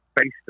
face